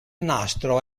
nastro